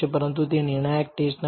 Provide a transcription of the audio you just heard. પરંતુ તે નિર્ણાયક ટેસ્ટ નથી